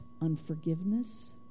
unforgiveness